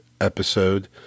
episode